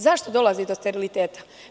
Zašto dolazi do steriliteta?